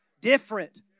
Different